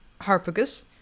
Harpagus